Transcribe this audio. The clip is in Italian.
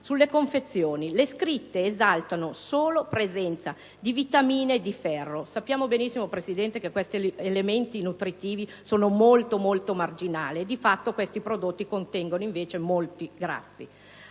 sulle confezioni e che le scritte esaltano solo la presenza di vitamine e di ferro. Sappiamo benissimo, signor Presidente, che questi elementi nutrizionali sono molto marginali e che, di fatto, i prodotti contengono, invece, molti grassi.